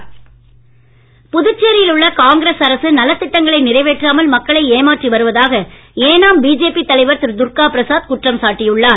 ஏனாம் புதுச்சேரியில் உள்ள காங்கிரஸ் அரசு நலத்திட்டங்களை நிறைவேற்றாமல் மக்களை ஏமாற்றி வருவதாக ஏனாம் பிஜேபி தலைவர் திரு துர்கா பிரசாத் குற்றம் சாட்டியுள்ளார்